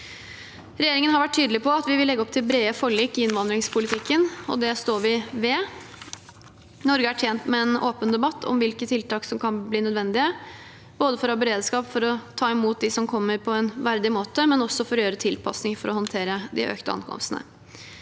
Regjeringen har vært tydelig på at vi vil legge opp til brede forlik i innvandringspolitikken, og det står vi ved. Norge er tjent med en åpen debatt om hvilke tiltak som kan bli nødvendige, både for å ha beredskap til å ta imot dem som kommer, på en verdig måte, og for å gjøre tilpasninger for å håndtere de økte ankomsttallene.